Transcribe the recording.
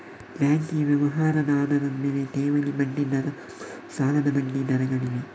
banking ವ್ಯವಹಾರದ ಆಧಾರದ ಮೇಲೆ, ಠೇವಣಿ ಬಡ್ಡಿ ದರ ಮತ್ತು ಸಾಲದ ಬಡ್ಡಿ ದರಗಳಿವೆ